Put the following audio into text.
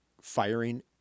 firing